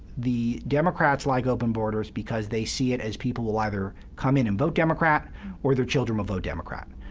the democrats like open borders because they see it as people will either come in and vote democrat or their children will vote democrat.